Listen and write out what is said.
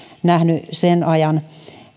nähnyt sen ajan